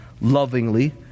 lovingly